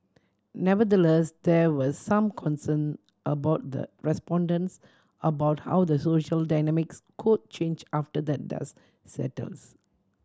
nevertheless there were some concern among the respondents about how the social dynamics could change after the dust settles